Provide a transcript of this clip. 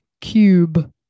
cube